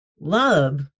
love